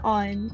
on